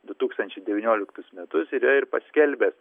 du tūkstančiai devynioliktus metus yra ir paskelbęs